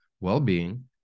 well-being